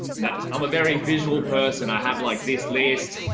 that's i'm a very visual person i have like this list.